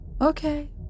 Okay